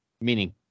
meaning